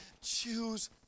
choose